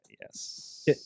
Yes